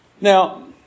Now